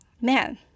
man